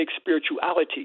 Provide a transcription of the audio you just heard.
spirituality